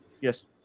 Yes